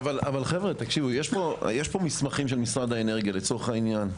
אבל יש פה מסמכים של משרד האנרגיה לצורך העניין,